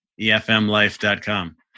EFMLife.com